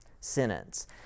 sentence